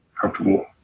comfortable